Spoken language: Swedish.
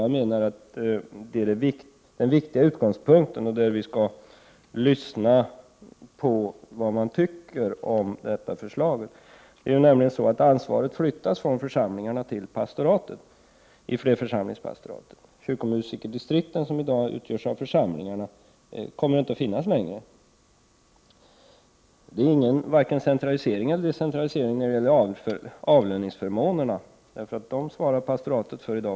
Jag menar att det är den viktiga utgångspunkten och att vi skall lyssna på vad man tycker om detta förslag ute i församlingarna. — Prot. 1988/89:46 Ansvaret flyttas nämligen från församlingarna till pastoraten i flerförsam 15 december 1988 lingspastorat. Kyrkomusikerdistrikten som i dag utgörs av församlingrna Z—— kommer inte att finnas kvar. Det blir fråga om varken centralisering eller decentralisering när det gäller avlöningsförmåner. Den sidan svarar pastoraten för även i dag.